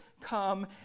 come